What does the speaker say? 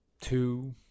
two